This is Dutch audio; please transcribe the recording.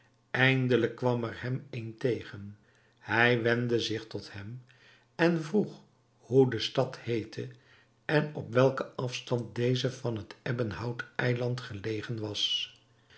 eindelijk kwam er hem een tegen hij wendde zich tot hem en vroeg hoe de stad heette en op welken afstand deze van het ebbenhout eiland gelegen was